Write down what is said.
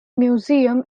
museum